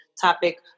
topic